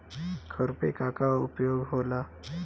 खुरपी का का उपयोग होला?